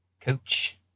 Coach